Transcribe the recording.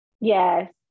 Yes